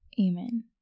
Amen